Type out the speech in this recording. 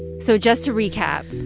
so just to recap,